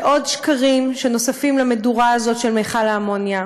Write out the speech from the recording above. ועוד שקרים שנוספים למדורה הזאת, של מכל האמוניה.